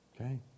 Okay